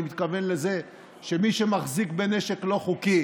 אני מתכוון לזה שמי שמחזיק בנשק לא חוקי